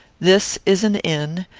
this is an inn,